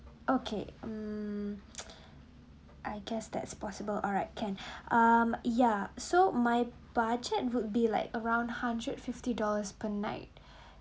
okay mm I guess that's possible alright can um yeah so my budget would be like around hundred fifty dollars per night